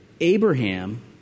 Abraham